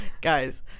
Guys